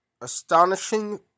astonishing